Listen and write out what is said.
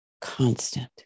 constant